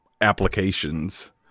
applications